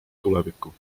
tulevikku